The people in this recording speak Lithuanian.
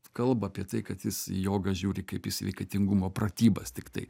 kalba apie tai kad jis į jogą žiūri kaip jis sveikatingumo pratybas tiktai